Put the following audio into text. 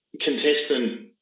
contestant